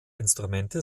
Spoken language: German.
instrumente